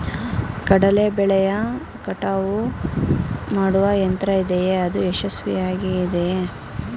ಕಡಲೆ ಬೆಳೆಯ ಕಟಾವು ಮಾಡುವ ಯಂತ್ರ ಇದೆಯೇ? ಅದು ಯಶಸ್ವಿಯಾಗಿದೆಯೇ?